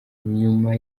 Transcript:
inyuma